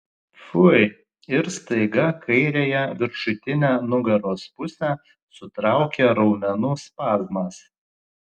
pfui ir staiga kairiąją viršutinę nugaros pusę sutraukė raumenų spazmas